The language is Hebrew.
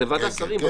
כן, כן.